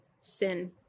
sin